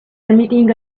emitting